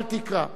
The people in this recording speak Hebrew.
אל תקרא.